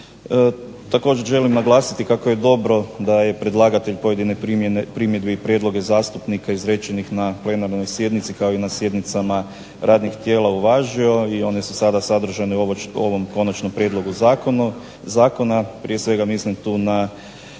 Također želim naglasiti kako je dobro da je predlagatelj pojedine primjedbe i prijedloge zastupnika izrečenih na plenarnoj sjednici kao i na sjednicama radnih tijela uvažio i one su sada sadržane u ovom konačnom prijedlogu zakona. Prije svega mislim tu na